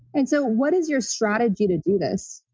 and so what is your strategy to do this?